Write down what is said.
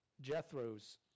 Jethro's